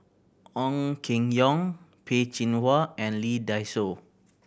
Ong Keng Yong Peh Chin Hua and Lee Dai Soh